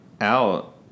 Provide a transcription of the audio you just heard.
out